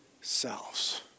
selves